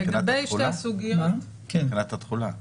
זה תחילת התחולה?